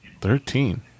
Thirteen